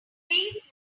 please